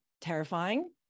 terrifying